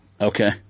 Okay